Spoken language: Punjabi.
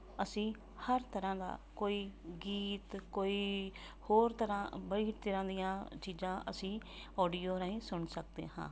ਅਸੀਂ ਹਰ ਤਰ੍ਹਾਂ ਦਾ ਕੋਈ ਗੀਤ ਕੋਈ ਹੋਰ ਤਰ੍ਹਾਂ ਬੜੀ ਤਰ੍ਹਾਂ ਦੀਆਂ ਚੀਜ਼ਾਂ ਅਸੀਂ ਔਡੀਓ ਰਾਹੀਂ ਸੁਣ ਸਕਦੇ ਹਾਂ